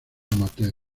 amateur